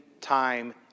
time